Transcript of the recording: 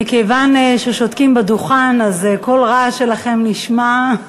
מכיוון ששותקים בדוכן, אז כל רעש שלכם נשמע,